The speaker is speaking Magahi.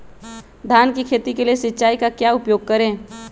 धान की खेती के लिए सिंचाई का क्या उपयोग करें?